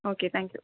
okay thank you